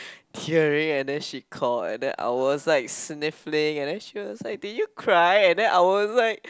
tearing and then she called and then I was like sniffling and then she was like did you cry and then I was like